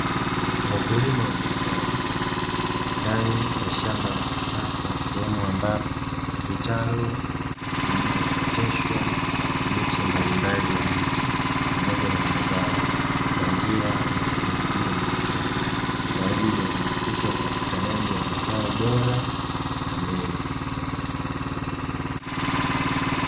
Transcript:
Wakulima wa mazao ndani ya shamba la kisasa, sehemu ambapo vitalu vimeoteshwa miche mbalimbali ya miti pamoja na mazao kwa njia ya teknolojia ya kisasa, kwa ajili ya kuhakikisha upatikanaji wa mazao bora na mengi.